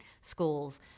schools